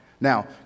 Now